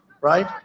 right